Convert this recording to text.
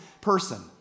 person